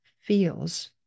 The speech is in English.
feels